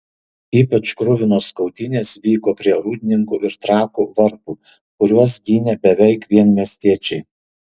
ypač kruvinos kautynės vyko prie rūdninkų ir trakų vartų kuriuos gynė beveik vien miestiečiai